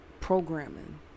programming